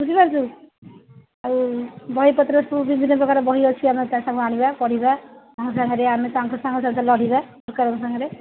ବୁଝିପାରୁଛୁ ଆଉ ବହି ପତ୍ର ସବୁ ବିଭିନ୍ନ ପ୍ରକାର ବହି ଅଛି ଆମେ ତାହା ସବୁ ଆଣିବା ପଢ଼ିବା ତାଙ୍କ ସାଙ୍ଗରେ ଆମେ ତାଙ୍କ ସାଙ୍ଗ ସାଙ୍ଗରେ ଲଢ଼ିବା ସରକାରଙ୍କ ସାଙ୍ଗରେ